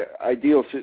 ideal